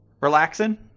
relaxing